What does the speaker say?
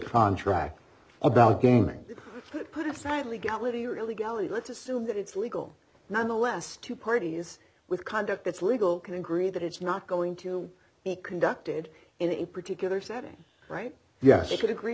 contract about gaming put aside legality or illegality let's assume that it's legal nonetheless two parties with conduct that's legal can agree that it's not going to be conducted in a particular setting right yes i could agree